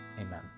amen